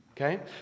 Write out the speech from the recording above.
Okay